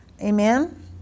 Amen